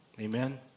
Amen